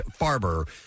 Farber